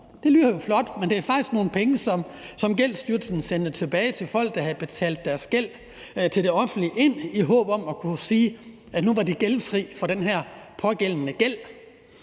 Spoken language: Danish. Det lyder jo flot, men det er faktisk nogle penge, som Gældsstyrelsen sendte tilbage til folk, der havde betalt deres gæld til det offentlige ind i håb om at kunne sige, at de nu var fri for den pågældende gæld.